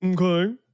Okay